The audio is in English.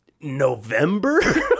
november